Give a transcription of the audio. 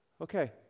okay